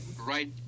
right